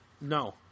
no